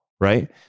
Right